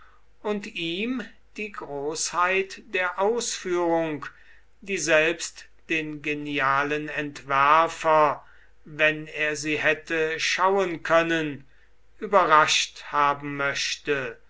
und ihm die großheit der ausführung die selbst den genialen entwerfer wenn er sie hätte schauen können überrascht haben möchte